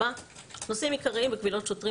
נושאים עיקריים בקבילות שוטרים